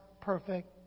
perfect